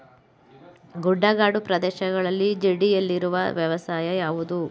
ಗುಡ್ಡಗಾಡು ಪ್ರದೇಶಗಳಲ್ಲಿ ರೂಢಿಯಲ್ಲಿರುವ ವ್ಯವಸಾಯ ಯಾವುದು?